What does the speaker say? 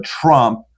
Trump